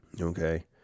Okay